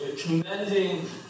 commending